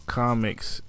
comics